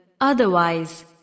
Otherwise